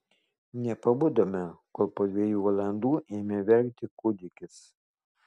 nepabudome kol po dviejų valandų ėmė verkti kūdikis